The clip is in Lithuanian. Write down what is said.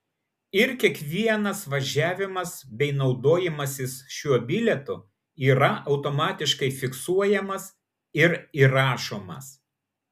ir kiekvienas važiavimas bei naudojimasis šiuo bilietu yra automatiškai fiksuojamas ir įrašomas